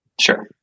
Sure